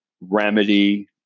remedy